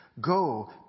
go